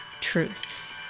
truths